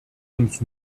uns